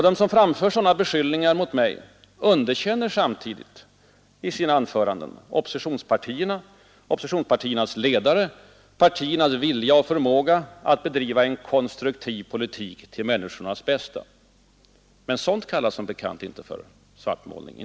De som framför sådana beskyllningar mot mig underkänner samtidigt i sina anföranden opposi ONS partierna och deras ledare, de underkänner partiernas vilja och förmåga att bedriva en konstruktiv politik till människornas bästa. Men sådant kallas som bekant inte för ”svartmålning”.